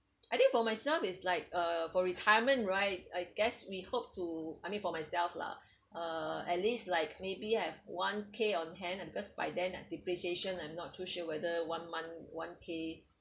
I think for myself is like uh for retirement right I guess we hope to I mean for myself lah uh at least like maybe I have one K on hand and because by then depreciation I'm not too sure whether one month one K